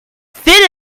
fit